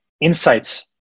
Insights